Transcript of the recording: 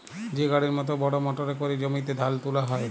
যে গাড়ির মত বড় মটরে ক্যরে জমিতে ধাল তুলা হ্যয়